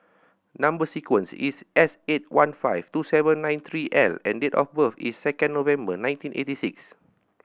number sequence is S eight one five two seven nine three L and date of birth is second November nineteen eighty six